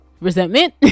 resentment